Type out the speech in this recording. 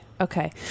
Okay